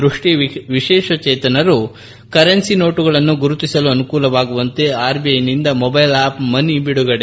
ದೃಷ್ಟಿ ವಿಶೇಷಚೇತನರು ಕರೆನ್ಸಿ ನೋಣುಗಳನ್ನು ಗುರುತಿಸಲು ಅನುಕೂಲವಾಗುವಂತೆ ಶ ಆರ್ಬಿಐನಿಂದ ಮೊಬ್ವೆಲ್ ಆಪ್ ಮನಿ ಬಿಡುಗಡೆ